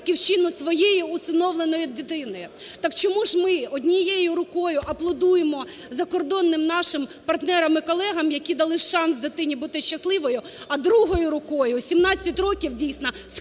Так чому ж ми однією рукою аплодуємо закордонним нашим партнерам і колегам, які дали шанс дитині бути щасливою, а другою рукою 17 років, дійсно, "скрепы